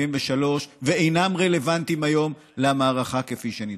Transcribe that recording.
73' ואינם רלוונטיים היום למערכה כפי שנדרש.